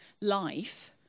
life